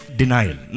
denial